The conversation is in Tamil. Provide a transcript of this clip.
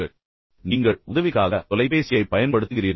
சில நேரங்களில் நீங்கள் உதவிக்கு அழைக்க தொலைபேசியைப் பயன்படுத்துகிறீர்கள்